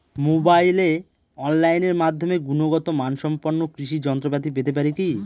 মোবাইলে অনলাইনের মাধ্যমে গুণগত মানসম্পন্ন কৃষি যন্ত্রপাতি পেতে পারি কি?